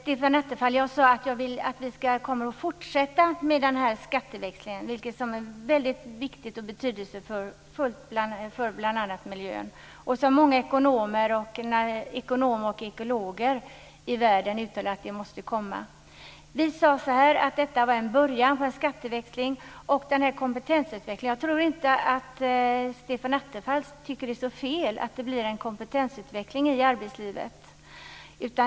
Herr talman! Jag sade att vi kommer att fortsätta med skatteväxlingen, Stefan Attefall. Det är väldigt viktigt och betydelsefullt för bl.a. miljön. Många ekonomer och ekologer i världen har uttalat att det måste komma. Vi sade att detta var en början på en skatteväxling. Jag tror inte att Stefan Attefall tycker att det är så fel att det blir en kompetensutveckling i arbetslivet.